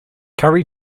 curry